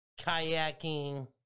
kayaking